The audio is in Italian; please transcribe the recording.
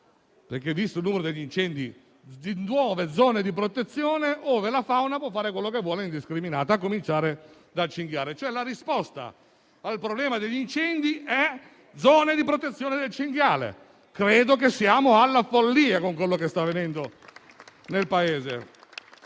visto il numero degli incendi, ove la fauna può fare quello che vuole indiscriminata, a cominciare dal cinghiale. La risposta al problema degli incendi è zone di protezione del cinghiale! Credo che siamo alla follia con quanto sta avvenendo nel Paese.